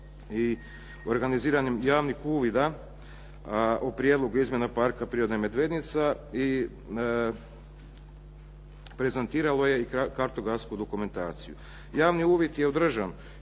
i organiziranih javnih uvida, a u prijedlogu izmjena Parka prirode Medvednica i prezentiralo je i kartografsku dokumentaciju. Javni uvid je održan